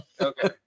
Okay